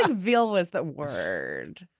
ah veal was the word.